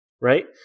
Right